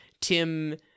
tim